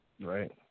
Right